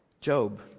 Job